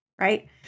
right